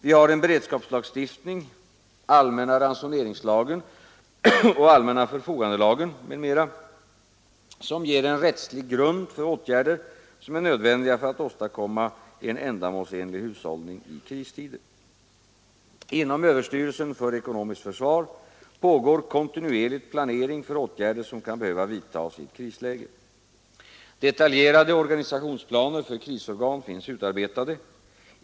Vi har en beredskapslagstiftning, allmänna ransoneringslagen och allmänna förfogandelagen m.m. som ger en rättslig grund för åtgärder som är nödvändiga för att åstadkomma en ändamålsenlig hushållning i kristider. Inom överstyrelsen för ekonomiskt försvar pågår kontinuerligt planering för åtgärder som kan behöva vidtas i ett krisläge. Detaljerade organisationsplaner för krisorgan finns utarbetade.